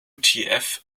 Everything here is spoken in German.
utf